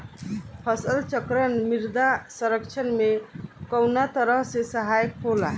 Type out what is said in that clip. फसल चक्रण मृदा संरक्षण में कउना तरह से सहायक होला?